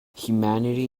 humanity